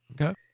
Okay